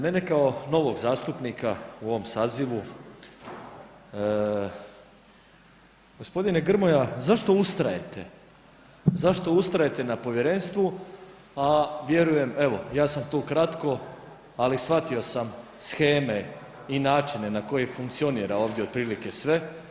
Mene kao novog zastupnika u ovom sazivu, gospodine Grmoja zašto ustrajete, zašto ustrajete na povjerenstvu a vjerujem evo ja sam tu kratko, ali shvatio sam sheme i načine na koji funkcionira otprilike sve.